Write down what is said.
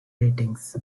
ratings